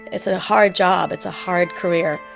it's a hard job. it's a hard career.